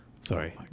Sorry